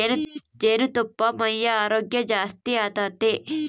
ಜೇನುತುಪ್ಪಾ ಮೈಯ ಆರೋಗ್ಯ ಜಾಸ್ತಿ ಆತತೆ